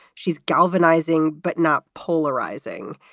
she's galvanizing but not polarizing.